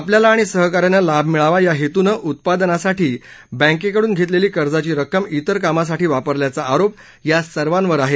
आपल्याला आणि सहका यांना लाभ मिळावा या हेतूनं उत्पादनासाठी बँकेकडून घेतलेली कर्जाची रक्कम इतर कामासाठी वापरल्याचा आरोप या सर्वांवर आहे